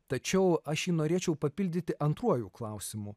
tačiau aš jį norėčiau papildyti antruoju klausimu